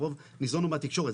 ניזונו מהתקשורת,